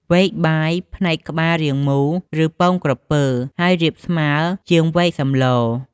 វែកបាយ ផ្នែកក្បាលរាងមូល ឬពងក្រពើ ហើយរាបស្មើជាងវែកសម្ល។